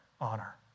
honor